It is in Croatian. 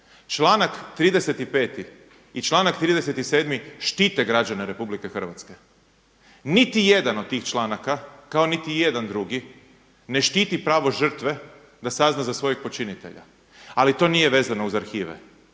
Članak 35. i članak 37. štite građane Republike Hrvatske. Niti jedan od tih članaka, kao niti jedan drugi ne štiti pravo žrtve da sazna za svojeg počinitelja. Ali to nije vezano uz arhive.